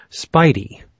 spidey